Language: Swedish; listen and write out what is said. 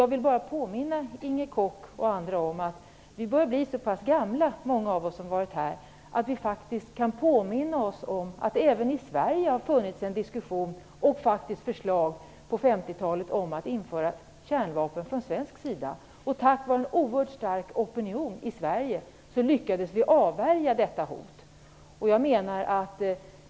Jag vill bara påminna Inger Koch och andra om att vi börjar bli så pass gamla många av oss här att vi faktiskt kommer ihåg att det även i Sverige har förts en diskussion och faktiskt funnits förslag, på 50-talet, om att utrusta det svenska försvaret med kärnvapen. Tack vare en oerhört stark opinion i Sverige lyckades vi avvärja detta hot.